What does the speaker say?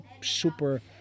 super